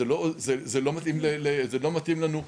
זה לא מתאים לנו,